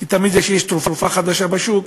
כי תמיד תרופה חדשה בשוק,